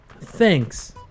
Thanks